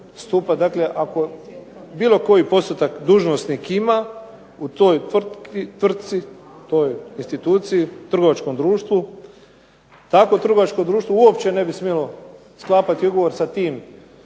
Ako bilo koji postotak dužnosnik ima, u toj tvrtci, toj instituciji, trgovačkom društvu, to trgovačko društvo uopć ene bi smjelo sklapati ugovor sa tim